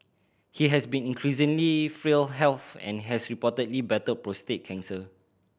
he has been increasingly frail health and has reportedly battled prostate cancer